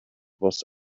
was